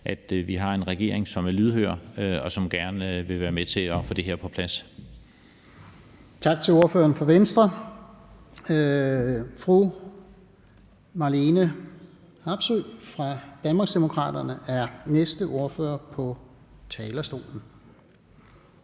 at vi har en regering, som er lydhør, og som gerne vil være med til at få det her på plads. Kl. 14:45 Fjerde næstformand (Lars-Christian Brask): Tak til ordføreren for Venstre. Fru Marlene Harpsøe fra Danmarksdemokraterne er næste ordfører på talerstolen.